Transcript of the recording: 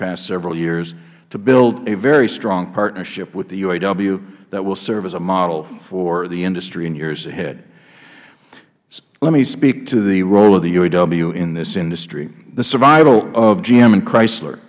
past several years to build a very strong partnership with the uaw that will serve as a model for the industry in years ahead let me speak to the role of the uaw in this industry the survival of gm and chrysler